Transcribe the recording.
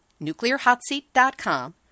NuclearHotSeat.com